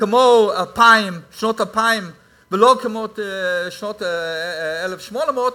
כמו בשנות האלפיים ולא כמו בשנת 1800,